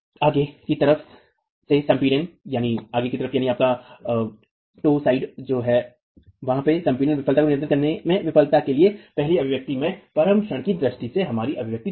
आगे की तरफ से संपीडन विफलता को नियंत्रित करने में विफलता के लिए पहली अभिव्यक्ति में परम क्षण की दृष्टि से हमारी अभिव्यक्ति थी